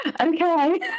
Okay